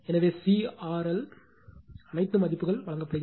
எனவே CRL C RL அனைத்து மதிப்புகள் வழங்கப்படுகின்றன